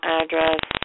address